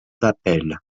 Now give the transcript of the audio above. d’appel